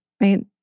right